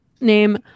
name